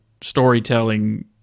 storytelling